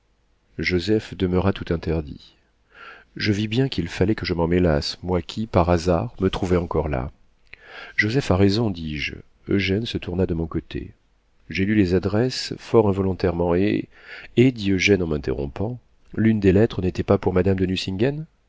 joseph demeura tout interdit je vis bien qu'il fallait que je m'en mêlasse moi qui par hasard me trouvais encore là joseph a raison dis-je eugène se tourna de mon côté j'ai lu les adresses fort involontairement et et dit eugène en m'interrompant l'une des lettres n'était pas pour madame de